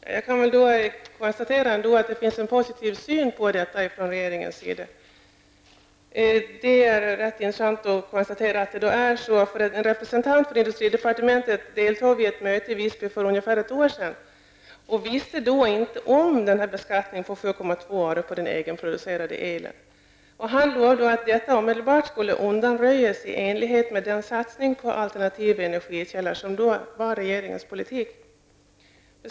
Herr talman! Jag kan väl ändå konstatera att regeringen har en positiv syn på detta. Det är ganska intressant att konstatera att när en representant från industridepartementet deltog i ett möte i Visby för ungefär ett år sedan, kände denne inte till beskattningen på 7,2 öre på den egenproducerade elen. Det sades då att detta omedelbart skulle undanröjas i enlighet med den satsning på alternativa energikällor som då ingick i regeringens politik.